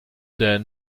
then